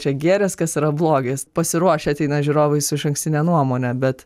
čia gėris kas yra blogis pasiruošę ateina žiūrovai su išankstine nuomone bet